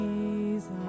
Jesus